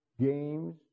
games